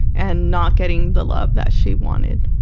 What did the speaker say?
and not getting the love that she wanted.